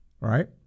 right